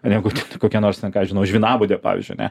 negu kokia nors ten ką aš žinau žvynabude pavyzdžiui ne